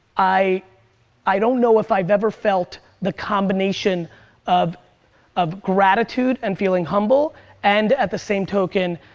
i i don't know if i've ever felt the combination of of gratitude and feeling humble and at the same token,